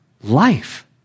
life